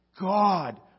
God